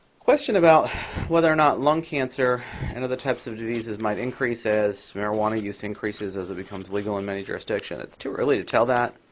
question about whether or not lung cancer and other types of diseases might increase as marijuana use increases as it becomes legal in many jurisdictions. it's too early to tell that.